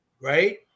right